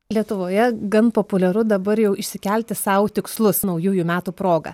lietuvoje gan populiaru dabar jau išsikelti sau tikslus naujųjų metų proga